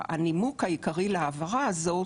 הנימוק העיקרי להעברה הזאת,